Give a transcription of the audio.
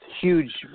huge